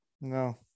no